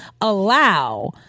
allow